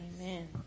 Amen